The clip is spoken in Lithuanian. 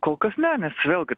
kol kas ne nes vėlgi